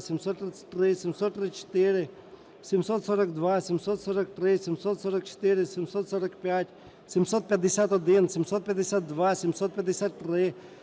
742, 743, 744, 745, 751, 752, 753,